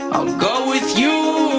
i'll go with you.